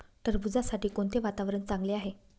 टरबूजासाठी कोणते वातावरण चांगले आहे?